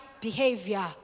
behavior